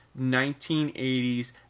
1980s